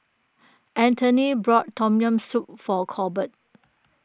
Antony bought Tom Yam Soup for Corbett